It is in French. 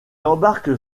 embarquent